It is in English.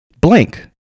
Blank